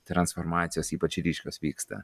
transformacijos ypač ryškios vyksta